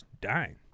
dying